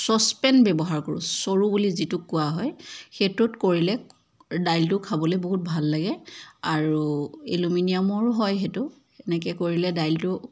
saucepan ব্যৱহাৰ কৰোঁ চৰু বুলি যিটোক কোৱা হয় সেইটোত কৰিলে দাইলটো খাবলৈ বহুত ভাল লাগে আৰু এলুমিনিয়ামৰো হয় সেইটো এনেকৈ কৰিলে দাইলটো